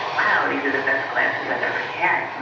wow, these are the best glasses i've ever had, you know